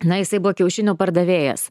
na jisai buvo kiaušinių pardavėjas